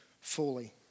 fully